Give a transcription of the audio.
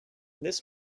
this